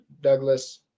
Douglas